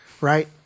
right